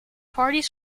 parties